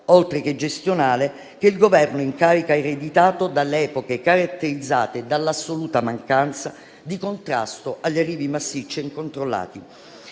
oltre che gestionale, che il Governo in carica ha ereditato dalle epoche caratterizzate dall'assoluta mancanza di contrasto agli arrivi massicci e incontrollati.